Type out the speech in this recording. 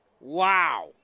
wow